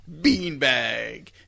beanbag